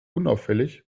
unauffällig